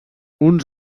uns